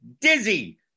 dizzy